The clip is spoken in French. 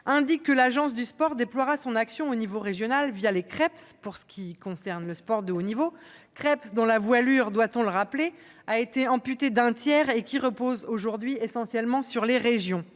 indique que l'Agence nationale du sport déploiera son action au niveau régional les Creps, pour ce qui concerne le sport de haut niveau, Creps dont la voilure- doit-on le rappeler ? -a été amputée d'un tiers et qui, aujourd'hui, reposent essentiellement sur les régions.